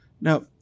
Now